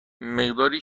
مقداری